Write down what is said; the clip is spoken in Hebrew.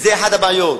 וזו אחת הבעיות,